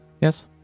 Yes